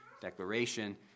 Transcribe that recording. declaration